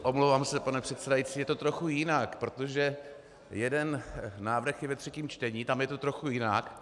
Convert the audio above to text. Omlouvám se, pane předsedající, je to trochu jinak, protože jeden návrh je ve třetím čtení, tam je to trochu jinak.